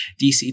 DC